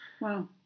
Wow